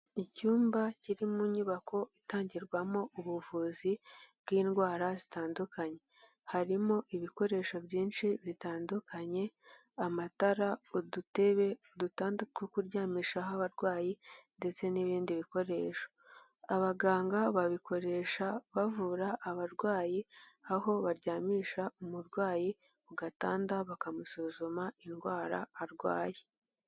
Icyumba kiri mu nyubako itangirwamo ubuvuzi bw'indwara zitandukanye, harimo ibikoresho byinshi bitandukanye, amatara, udube, udutanda two kuryamishaho abarwayi ndetse n'ibindi bikoresho, abaganga babikoresha bavura abarwayi aho baryamisha umurwayi ku gatanda bakamusuzuma indwara arwaye.